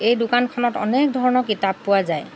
এই দোকানখনত অনেক ধৰণৰ কিতাপ পোৱা যায়